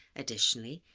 additionally,